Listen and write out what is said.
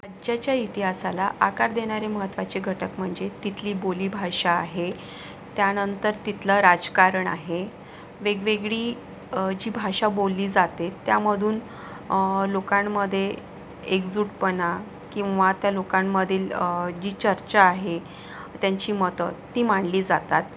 राज्याच्या इतिहासाला आकार देणारे महत्वाचे घटक म्हणजे तिथली बोलीभाषा आहे त्यानंतर तिथलं राजकारण आहे वेगवेगळी जी भाषा बोलली जाते त्यामधून लोकांमध्ये एकजूटपणा किंवा त्या लोकांमधील जी चर्चा आहे त्यांची मतं ती मांडली जातात